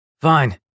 Fine